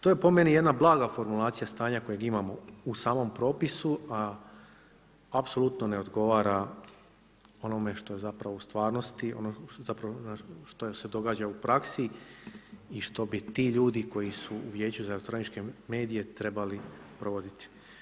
To je po meni jedna blaga formulacija stanja kojeg imamo u samom propisu, a apsolutno ne odgovara onome što je u stvarnosti, što se događa u praksi i što bi ti ljudi koji su u vijeću za elektroničke medije trebali provoditi.